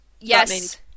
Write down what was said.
Yes